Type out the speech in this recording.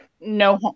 No